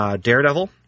Daredevil